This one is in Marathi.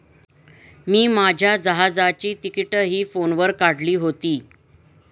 मी माझ्या जहाजाची तिकिटंही फोनवर काढली होती